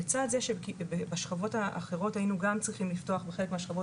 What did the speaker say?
לצד זה שבשכבות האחרות היינו גם מצריכים לפתוח כיתות בחלקן,